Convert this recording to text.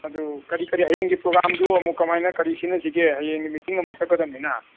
ꯑꯗꯨ ꯀꯔꯤ ꯀꯔꯤ ꯍꯌꯦꯡꯒꯤ ꯄ꯭ꯔꯣꯒ꯭ꯔꯥꯝꯗꯨ ꯑꯃꯨꯛ ꯀꯃꯥꯏꯅ ꯀꯔꯤ ꯁꯤꯟꯅꯁꯤꯒꯦ ꯍꯌꯦꯡꯒꯤ ꯃꯤꯇꯤꯡ ꯑꯃꯨꯛ ꯆꯠꯀꯗꯕꯅꯤꯅ